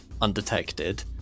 undetected